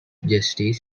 justice